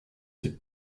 ses